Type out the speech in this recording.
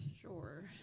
Sure